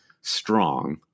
strong